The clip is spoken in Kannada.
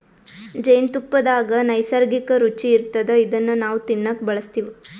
ಜೇನ್ತುಪ್ಪದಾಗ್ ನೈಸರ್ಗಿಕ್ಕ್ ರುಚಿ ಇರ್ತದ್ ಇದನ್ನ್ ನಾವ್ ತಿನ್ನಕ್ ಬಳಸ್ತಿವ್